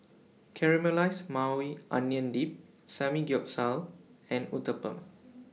Caramelized Maui Onion Dip Samgyeopsal and Uthapam